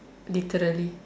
literally